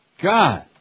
God